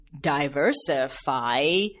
diversify